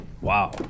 Wow